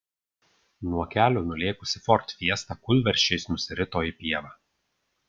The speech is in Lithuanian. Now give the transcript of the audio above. nuo kelio nulėkusi ford fiesta kūlversčiais nusirito į pievą